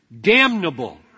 damnable